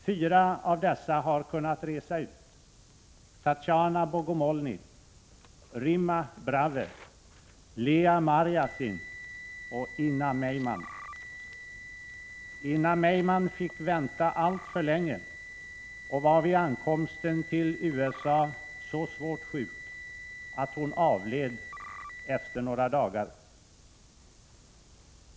Fyra av dessa har kunnat resa ut: Tatyana Bogomolny, Rimma Bravve, Leah Mariasin och Inna Meiman. Inna Meiman fick vänta alltför länge och var vid ankomsten till USA så svårt sjuk att hon avled efter några dagar.